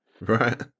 right